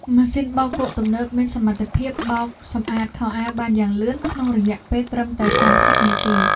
ម៉ាស៊ីនបោកគក់ទំនើបមានសមត្ថភាពបោកសម្អាតខោអាវបានយ៉ាងលឿនក្នុងរយៈពេលត្រឹមតែសាមសិបនាទី។